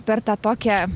per tą tokią